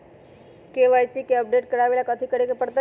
KYC के update करवावेला कथि करें के परतई?